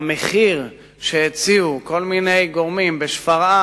המחיר שהציעו כל מיני גורמים בשפרעם,